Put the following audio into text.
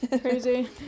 crazy